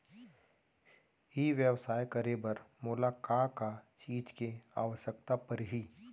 ई व्यवसाय करे बर मोला का का चीज के आवश्यकता परही?